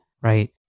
right